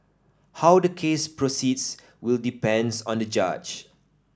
how the case proceeds will depends on the judge